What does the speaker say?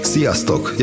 Sziasztok